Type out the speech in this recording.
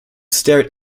stared